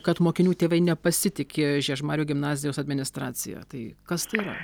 kad mokinių tėvai nepasitiki žiežmarių gimnazijos administracija tai kas tai yra